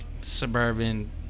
suburban